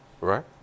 Right